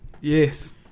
Yes